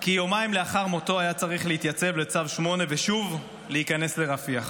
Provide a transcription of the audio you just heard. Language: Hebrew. כי יומיים לאחר מותו הוא היה צריך להתייצב לצו 8 ושוב להיכנס לרפיח,